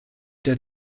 der